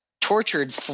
tortured